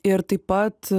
ir taip pat